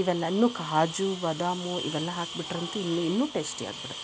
ಇವೆಲ್ಲ ಅಲ್ಲೂ ಕಾಜು ಬಾದಾಮಿ ಇವೆಲ್ಲ ಹಾಕ್ಬಿಟ್ರಂತೂ ಇನ್ನೂ ಇನ್ನೂ ಟೇಸ್ಟಿಯಾಗಿಬಿಡತ್ತೆ